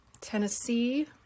Tennessee